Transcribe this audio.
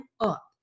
up